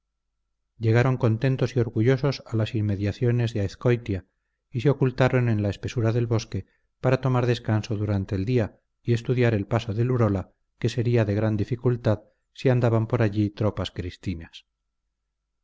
llegaron contentos y orgullosos a las inmediaciones de azcoitia y se ocultaron en la espesura del bosque para tomar descanso durante el día y estudiar el paso del urola que sería de gran dificultad si andaban por allí tropas cristinas